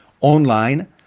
online